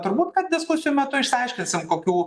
turbūt kad diskusijų metu išsiaiškinsim kokių